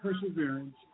perseverance